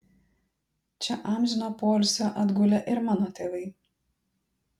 čia amžino poilsio atgulę ir mano tėvai